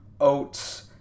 oats